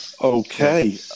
Okay